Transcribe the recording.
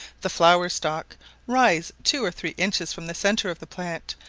the flower-stalk rises two or three inches from the centre of the plant,